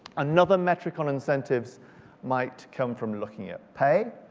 another metric on incentives might come from looking at pay.